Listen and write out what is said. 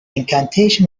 incantation